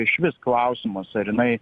išvis klausimas ar jinai